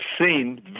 seen